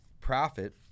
profit